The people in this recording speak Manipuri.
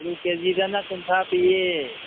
ꯑꯥꯜꯂꯨ ꯀꯦ ꯖꯤꯗꯅ ꯀꯨꯟꯊ꯭ꯔꯥ ꯄꯤꯌꯦ